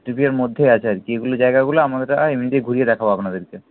ট্রিপের মধ্যেই আছে আর কি এগুলো জায়গাগুলো আমরা এমনিতেই ঘুরিয়ে দেখাব আপনাদেরকে